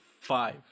five